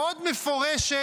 מאוד מפורשת,